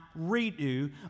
redo